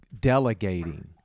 delegating